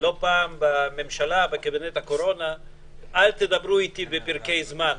לא פעם בממשלה ובקבינט הקורונה שלא לדבר איתי בפרקי זמן,